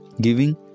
giving